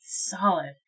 Solid